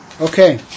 Okay